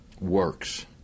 works